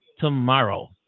tomorrow